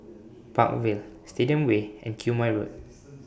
Park Vale Stadium Way and Quemoy Road